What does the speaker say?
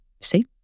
See